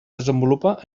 desenvolupa